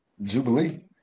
Jubilee